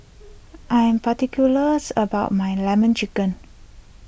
I am particular about my Lemon Chicken